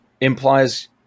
implies